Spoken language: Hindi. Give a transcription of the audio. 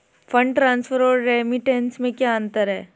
फंड ट्रांसफर और रेमिटेंस में क्या अंतर है?